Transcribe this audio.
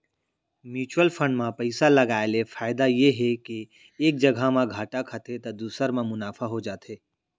mutual fund म पइसा लगाय ले फायदा ये हे के एक जघा म घाटा खाथे त दूसर म मुनाफा हो जाथे